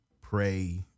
pray